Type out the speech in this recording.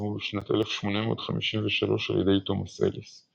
התפרסמו בשנת 1853 על ידי תומאס אליס Thomas Ellis.